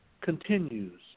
continues